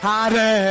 Hare